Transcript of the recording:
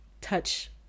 touch